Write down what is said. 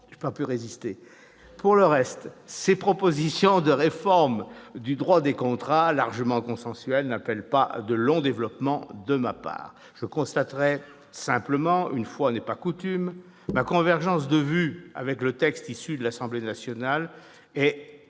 Pour le reste, ces propositions de réforme du droit des contrats, largement consensuelles, n'appellent pas de longs développements de ma part. Je constaterai simplement, une fois n'est pas coutume, mon accord avec l'Assemblée nationale et le